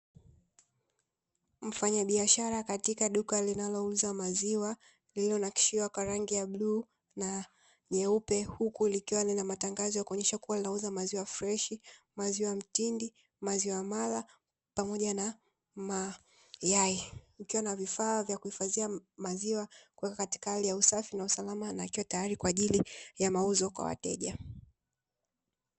Mfanyabiashara katika duka linalouza maziwa, lililonakshiwa kwa rangi ya bluu na nyeupe, huku likiwa na matangazo kuonyesha kuwa linauza maziwa freshi, maziwa mtindi, maziwa mara pamoja na mayai, ikiwa na vifaa vya kuhifadhiwa maziwa, kuweka katika hali ya usafi na usalama na yakiwa tayari kwa ajili ya mauzo kwa wateja.